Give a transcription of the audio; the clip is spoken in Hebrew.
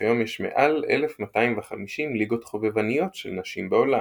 וכיום יש מעל 1250 ליגות חובבניות של נשים בעולם.